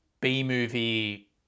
B-movie